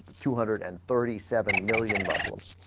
two hundred and thirty seven million bottles